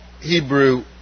Hebrew